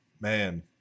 Man